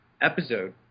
episode